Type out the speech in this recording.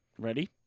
Ready